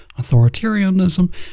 authoritarianism